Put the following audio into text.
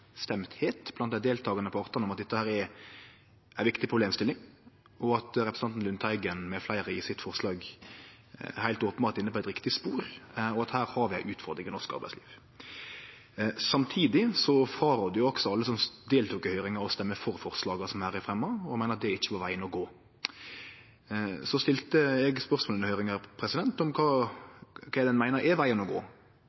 blant dei deltakande partane om at dette er ei viktig problemstilling, at representanten Lundteigen med fleire i forslaget sitt heilt openbert er inne på eit riktig spor, og at vi her har ei utfordring i norsk arbeidsliv. Samtidig rådde alle som deltok i høyringa, frå å stemme for forslaga som her er fremja, og meinte at det ikkje var vegen å gå. Eg stilte under høyringa spørsmål om kva